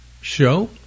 show